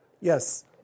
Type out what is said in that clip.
Yes